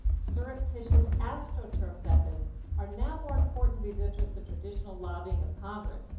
surreptitious astroturf methods are now more important to these interests than traditional lobbying of congress.